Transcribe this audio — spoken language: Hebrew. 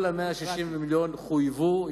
כל ה-160 מיליון חויבו,